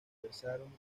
conservaron